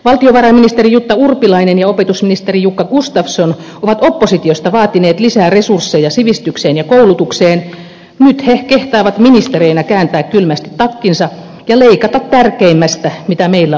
valtiovarainministeri jutta urpilainen ja opetusministeri jukka gustafsson ovat oppositiosta vaatineet lisää resursseja sivistykseen ja koulutukseen nyt he kehtaavat ministereinä kääntää kylmästi takkinsa ja leikata tärkeimmästä mitä meillä on